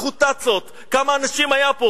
תיקחו תצ"אות, כמה אנשים היו פה?